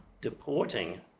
deporting